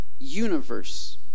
Universe